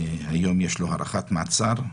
היום שלו הארכת מעצר,